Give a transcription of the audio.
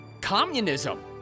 communism